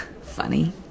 Funny